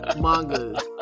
mangas